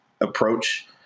approach